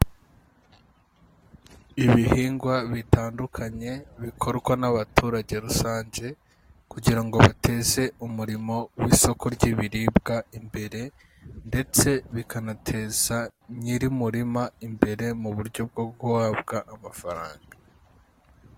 Ibihingwa bitandukanye bikorwa n'abaturage rusange kugira ngo bateze umurimo w'isoko ry'ibiribwa imbere ndetse bikanateza nyiri umurima imbere mu buryo bwo guhabwa amafaranga.